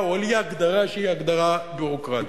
או על אי-הגדרה שהיא הגדרה ביורוקרטית.